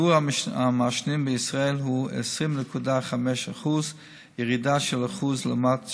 שיעור המעשנים בישראל הוא 20.5% ירידה של 1% לעומת